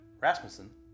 Rasmussen